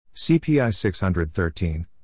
CPI-613